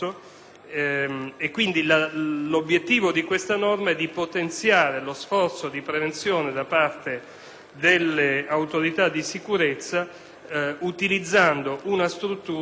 delle autorità di sicurezza utilizzando una struttura che è già patrimonio del nostro ordinamento da oltre quindici